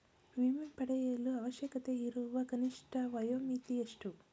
ವಿಮೆ ಪಡೆಯಲು ಅವಶ್ಯಕತೆಯಿರುವ ಕನಿಷ್ಠ ವಯೋಮಿತಿ ಎಷ್ಟು?